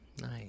Nice